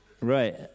Right